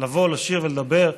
לבוא לשיר ולדבר.